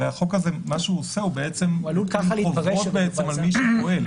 הרי החוק הזה --- על מי שהוא פועל.